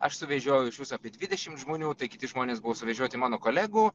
aš suvežiojau iš viso apie dvidešimt žmonių tai kiti žmonės buvo suvežioti mano kolegų